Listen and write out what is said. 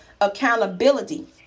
accountability